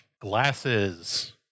Glasses